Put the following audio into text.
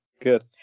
Good